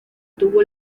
tuvo